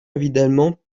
évidemment